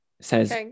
says